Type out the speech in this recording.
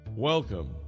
Welcome